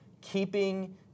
keeping